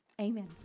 Amen